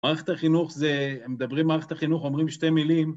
מערכת החינוך זה, מדברים מערכת החינוך, אומרים שתי מילים